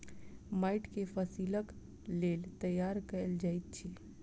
माइट के फसीलक लेल तैयार कएल जाइत अछि